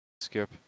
skip